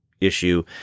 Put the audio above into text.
issue